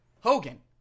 Hogan